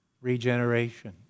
regeneration